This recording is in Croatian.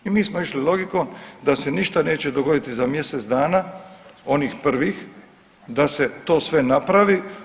I mi smo išli logikom da se ništa neće dogoditi za mjesec dana onih prvih da se sve to napravi.